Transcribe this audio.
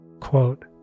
Quote